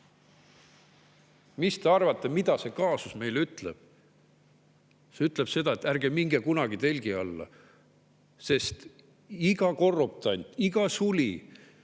te arvate, mida see kaasus meile ütleb? See ütleb seda, et ärge minge kunagi telgi alla, sest iga korruptant, iga suli,